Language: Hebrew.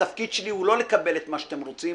התפקיד שלי הוא לא לקבל את מה שאתם רוצים,